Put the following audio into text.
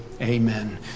Amen